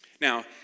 Now